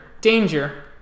danger